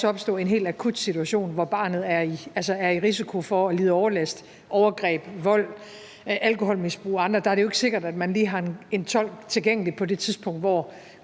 der kan også opstå en helt akut situation, hvor barnet altså er i risiko for at lide overlast, opleve overgreb, vold, alkoholmisbrug og andet; der er det jo ikke sikkert, at man lige har en tolk tilgængelig på det tidspunkt, hvor